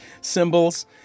symbols